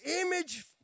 image